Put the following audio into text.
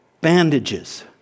bandages